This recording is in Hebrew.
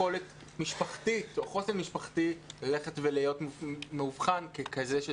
או אין יכולת משפחתית או חוסן משפחתי ללכת ולהיות מאובחן ככזה.